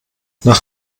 nach